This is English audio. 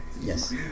Yes